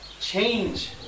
change